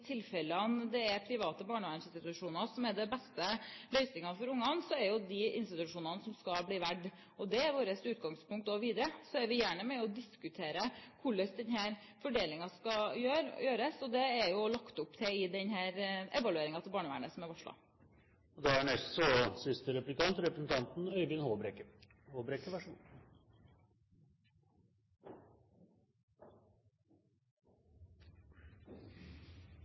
tilfellene det er private barnevernsinstitusjoner som er den beste løsningen for ungene, er det de institusjonene som skal velges. Det er vårt utgangspunkt også videre. Vi er gjerne med og diskuterer hvordan denne fordelingen skal gjøres, og det er det også lagt opp til i den evalueringen av barnevernet som er varslet. Representanten